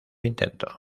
intento